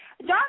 John